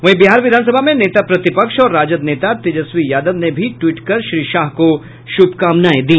वहीं बिहार विधानसभा में नेता प्रतिपक्ष और राजद नेता तेजस्वी यादव ने भी ट्वीट कर श्री शाह को शुभकामनाएं दी